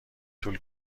طول